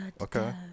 Okay